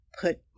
put